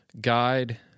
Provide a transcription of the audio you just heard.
guide